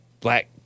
black